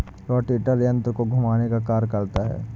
rotator यन्त्र को घुमाने का कार्य करता है